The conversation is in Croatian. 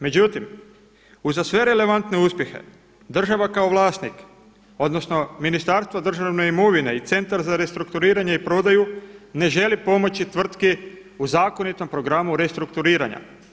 Međutim uza sve relevantne uspjehe država kao vlasnik, odnosno Ministarstvo državne imovine i Centar za restrukturiranje i prodaju ne želi pomoći tvrtki u zakonitom programu restrukturiranja.